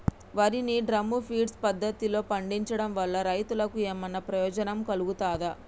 వరి ని drum feed పద్ధతిలో పండించడం వల్ల రైతులకు ఏమన్నా ప్రయోజనం కలుగుతదా?